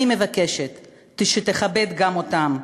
אני מבקשת שתכבד גם אותם.